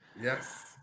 yes